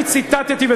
אני ציטטתי,